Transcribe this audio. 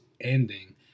ending